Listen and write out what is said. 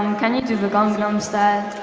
um can you do the gangnam style?